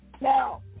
Now